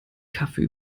kaffee